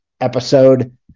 episode